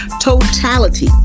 totality